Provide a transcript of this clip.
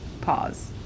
pause